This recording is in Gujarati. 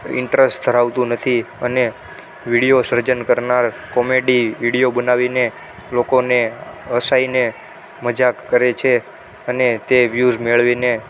ઇન્ટ્રસ્ટ ધરાવતું નથી અને વિડીયો સર્જન કરનાર કોમેડી વિડીયો બનાવીને લોકોને હસાવીને મજાક કરે છે અને તે વ્યુઝ મેળવીને